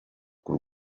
k’u